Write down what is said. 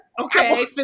Okay